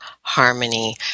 harmony